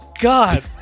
God